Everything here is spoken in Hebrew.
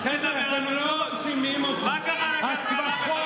חבר'ה, אתם לא מרשימים אותי, הצווחות,